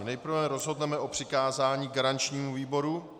Nejprve rozhodneme o přikázání garančnímu výboru.